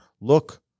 Look